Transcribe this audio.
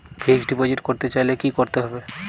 Fixed deposit করতে চাইলে কি করতে হবে?